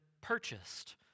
purchased